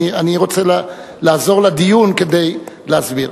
אני רוצה לעזור לדיון כדי להסביר.